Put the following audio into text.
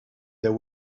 there